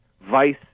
vice